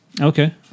Okay